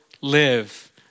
live